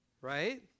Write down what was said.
Right